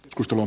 mustonen